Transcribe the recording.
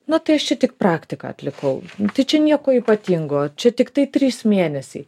na tai aš tik praktiką atlikau tai čia nieko ypatingo čia tiktai trys mėnesiai